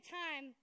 time